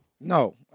No